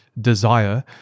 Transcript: desire